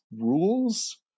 rules